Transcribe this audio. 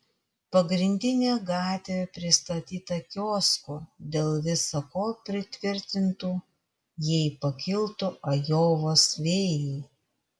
pagrindinė gatvė pristatyta kioskų dėl visa ko pritvirtintų jei pakiltų ajovos vėjai